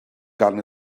gan